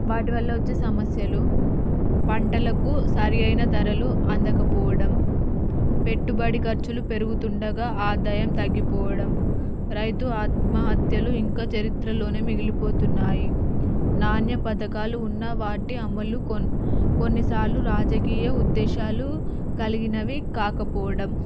వాటి వల్ల వచ్చే సమస్యలు పంటలకు సరియైన ధరలు అందకపోవడం పెట్టుబడి ఖర్చులు పెరుగుతుండగా ఆదాయం తగ్గిపోవడం రైతు ఆత్మహత్యలు ఇంకా చరిత్రలోనే మిగిలిపోతున్నాయి నాణ్య పథకాలు ఉన్న వాటి అమ్మలు కొన్ కొన్నిసార్లు రాజకీయ ఉద్దేశాలు కలిగినవి కాకపోవడం